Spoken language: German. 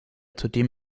zudem